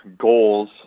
goals